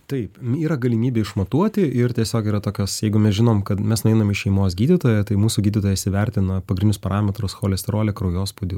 taip yra galimybė išmatuoti ir tiesiog yra tokios jeigu mes žinom kad mes nueinam į šeimos gydytoją tai mūsų gydytojas įvertina pagrindinius parametrus cholesterolį kraujospūdį